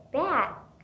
back